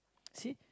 see